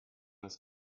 ist